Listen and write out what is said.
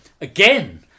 again